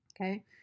Okay